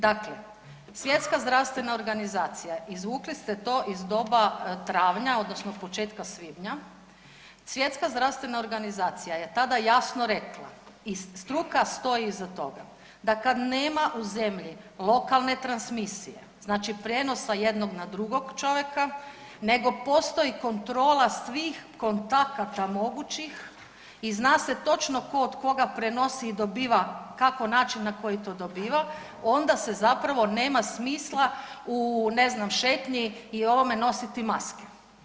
Dakle, Svjetska zdravstvena organizacija, izvukli ste to iz doba travnja odnosno početka svibnja, Svjetska zdravstvena organizacija je tada jasno rekla i struka stoji iza toga, da kad nema u zemlji lokalne transmisije, znači prijenosa jednog na drugog čovjeka nego postoji kontrola svih kontakata mogućih i zna se točno tko od koga prenosi i dobiva, kako način na koji to dobiva onda se zapravo nema smisla u ne znam šetnji i ovome nositi maske.